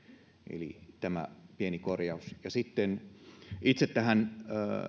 eli tämä pieni korjaus sitten itse tähän